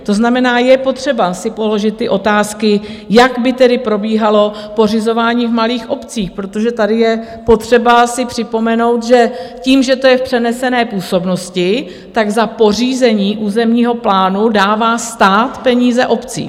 To znamená, je potřeba si položit ty otázky, jak by tedy probíhalo pořizování v malých obcích, protože tady je potřeba si připomenout, že tím, že je to v přenesené působnosti, za pořízení územního plánu dává stát peníze obcím.